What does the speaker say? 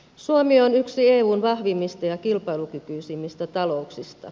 suomi on yksi eun vahvimmista ja kilpailukykyisimmistä talouksista